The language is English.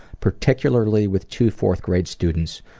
particularly with two fourth-grade students,